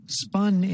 spun